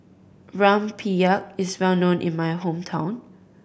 rempeyek is well known in my hometown